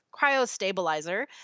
cryostabilizer